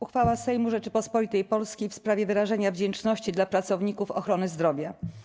Uchwała Sejmu Rzeczypospolitej Polskiej w sprawie wyrażenia wdzięczności dla pracowników ochrony zdrowia.